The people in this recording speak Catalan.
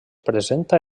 presenta